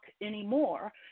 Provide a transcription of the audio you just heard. anymore